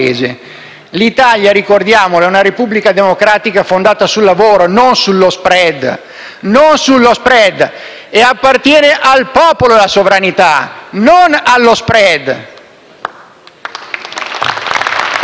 L'Italia, ricordiamolo, è una Repubblica democratica fondata sul lavoro, non sullo *spread*, e appartiene al popolo la sovranità, non allo *spread*! *(Applausi